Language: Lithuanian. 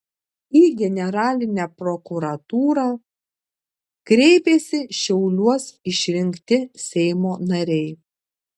į generalinę prokuratūrą kreipėsi šiauliuos išrinkti seimo nariai